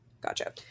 Gotcha